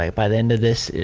ah by the end of this,